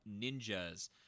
Ninjas